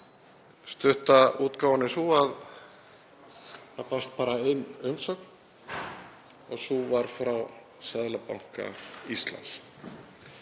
Stutta útgáfan er sú að það barst bara ein umsögn og sú var frá Seðlabanka Íslands.